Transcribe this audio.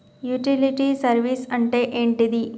Utility service అంటే ఏంటిది?